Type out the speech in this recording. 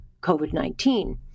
COVID-19